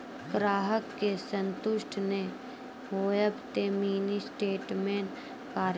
ग्राहक के संतुष्ट ने होयब ते मिनि स्टेटमेन कारी?